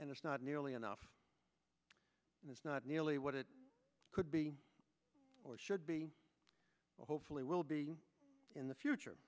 and it's not nearly enough and it's not nearly what it could be or should be hopefully will be in the future